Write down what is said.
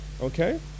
okay